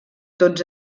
tots